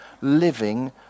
living